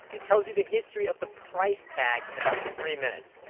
it tells you the history of the price tag in about three minutes.